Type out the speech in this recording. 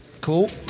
Cool